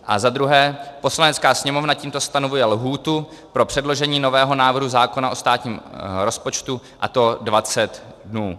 A za druhé, Poslanecká sněmovna tímto stanovuje lhůtu pro předložení nového návrhu zákona o státním rozpočtu, a to dvacet dnů.